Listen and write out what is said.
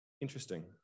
Interesting